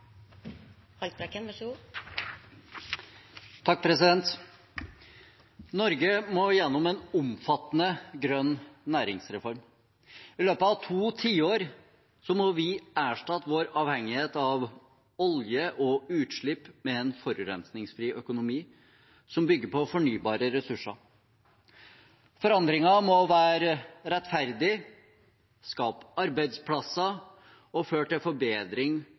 Norge må gjennom en omfattende grønn næringsreform. I løpet av to tiår må vi erstatte vår avhengighet av olje og utslipp med en forurensningsfri økonomi som bygger på fornybare ressurser. Forandringen må være rettferdig, skape arbeidsplasser og føre til forbedring